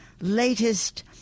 latest